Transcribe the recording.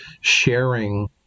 sharing